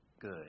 good